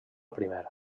primer